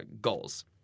goals